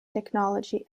technology